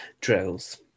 Drills